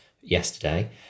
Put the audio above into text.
yesterday